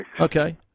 Okay